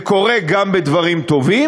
זה קורה גם בדברים טובים,